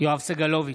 יואב סגלוביץ'